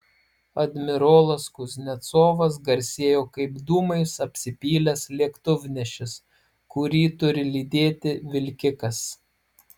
admirolas kuznecovas garsėjo kaip dūmais apsipylęs lėktuvnešis kurį turi lydėti vilkikas